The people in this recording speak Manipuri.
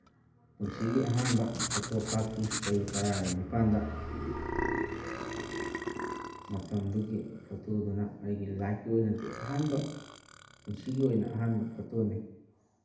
ꯄꯨꯟꯁꯤꯒꯤ ꯑꯍꯥꯟꯕ ꯐꯣꯇꯣ ꯀꯥꯞꯈꯤ ꯆꯍꯤ ꯇꯔꯥꯒ ꯅꯤꯄꯥꯟꯗ ꯃꯇꯝꯗꯨꯒꯤ ꯐꯣꯇꯣꯗꯨꯅ ꯑꯩꯒꯤ ꯂꯥꯏꯞꯀꯤ ꯑꯣꯏꯅꯗꯤ ꯑꯍꯥꯟꯕ ꯄꯨꯟꯁꯤꯒꯤ ꯑꯣꯏꯅ ꯑꯍꯥꯟꯕ ꯐꯣꯇꯣꯅꯤ